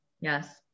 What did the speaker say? Yes